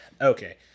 okay